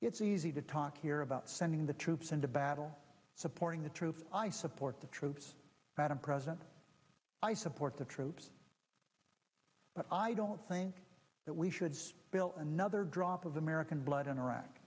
it's easy to talk here about sending the troops into battle supporting the troops i support the troops president i support the troops but i don't think that we should build another drop of american blood in iraq